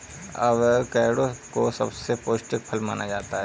avocado को सबसे पौष्टिक फल माना जाता है